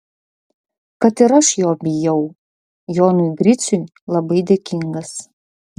kad ir aš jo bijau jonui griciui labai dėkingas